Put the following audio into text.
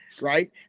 right